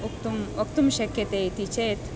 वक्तुं वक्तुं शक्यते इति चेत्